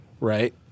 right